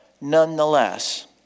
nonetheless